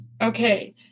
Okay